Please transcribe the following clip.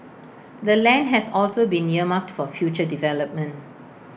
the land has also been earmarked for future development